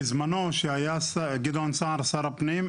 בזמנו כשהיה גדעון סער שר הפנים,